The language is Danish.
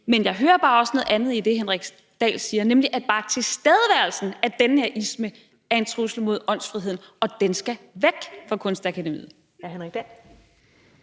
Men jeg hører bare også noget andet i det, Henrik Dahl siger, nemlig at bare tilstedeværelsen af den her isme er en trussel mod åndsfriheden, og at den skal væk fra Kunstakademiet. Kl.